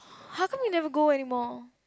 how come you never go anymore